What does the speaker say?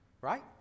right